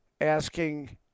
asking